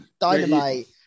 dynamite